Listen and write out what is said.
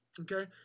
okay